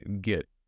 get